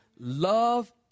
Love